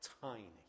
tiny